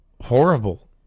horrible